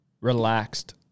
relaxed